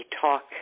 talk